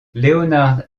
leonard